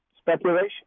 speculation